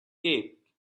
cape